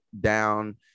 down